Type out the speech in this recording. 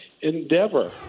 Endeavor